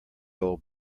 old